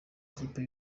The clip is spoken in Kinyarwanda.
ikipe